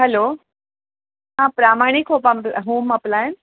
hello हां प्रामाणिक hope home appliance